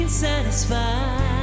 Satisfied